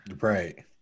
Right